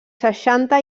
seixanta